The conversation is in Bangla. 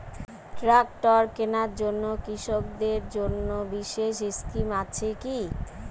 ট্রাক্টর কেনার জন্য কৃষকদের জন্য বিশেষ স্কিম আছে কি?